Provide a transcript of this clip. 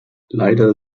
leider